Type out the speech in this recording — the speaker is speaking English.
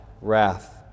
wrath